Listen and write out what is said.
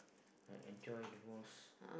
I enjoy most